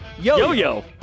yo-yo